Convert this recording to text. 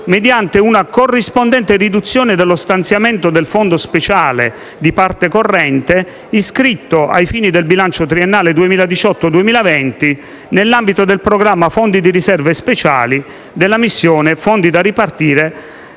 mediante una corrispondente riduzione dello stanziamento del fondo speciale di parte corrente iscritto, ai fini del bilancio triennale 2018-2020, nell'ambito del programma «Fondi di riserva e speciali» della missione «Fondi da ripartire»